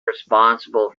responsible